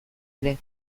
ere